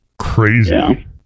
crazy